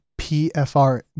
PFR